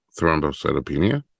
thrombocytopenia